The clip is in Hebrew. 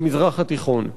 במזרח התיכון.